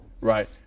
right